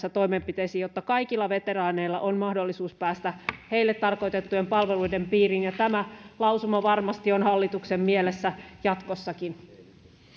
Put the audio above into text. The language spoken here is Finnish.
tarvittaessa toimenpiteisiin jotta kaikilla veteraaneilla on mahdollisuus päästä heille tarkoitettujen palveluiden piiriin tämä lausuma varmasti on hallituksen mielessä jatkossakin